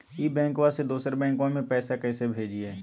ई बैंकबा से दोसर बैंकबा में पैसा कैसे भेजिए?